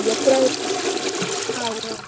यत्र हा एवम्